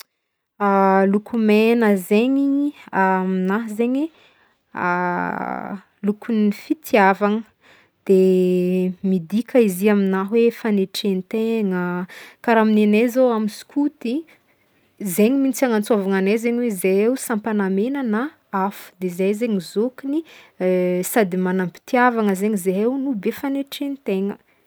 Loko megna zegny lokon'ny fitiavagna de midika izy i amigna hoe fanetrehantegna karaha amy nenay zao amy skoty zegny mintsy agnantsôvagna agnay zegny hoe zahay io sampagna megna na afo de zay zegny zokiny sady manampitiavagna zegny zahay no be fagnetrentegna.